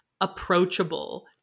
approachable